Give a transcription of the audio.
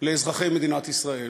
לאזרחי מדינת ישראל,